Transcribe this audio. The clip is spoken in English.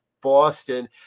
Boston